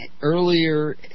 earlier